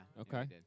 Okay